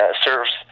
serves